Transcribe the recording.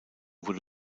wurde